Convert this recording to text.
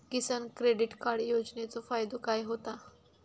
किसान credit card योजनेचो फायदो काय होता?